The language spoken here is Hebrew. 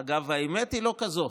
אגב, האמת היא לא כזאת.